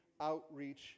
outreach